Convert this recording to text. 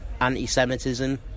anti-Semitism